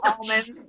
almonds